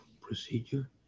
procedure